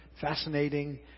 Fascinating